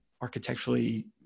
architecturally